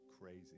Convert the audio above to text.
crazy